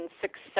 success